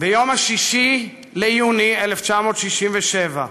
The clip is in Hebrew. ביום 6 ביוני 1967,